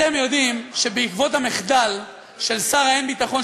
אתם יודעים שבעקבות המחדל של שר הביטחון,